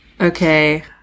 Okay